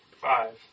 Five